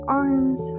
arms